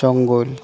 জঙ্গল